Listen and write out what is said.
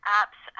apps